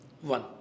One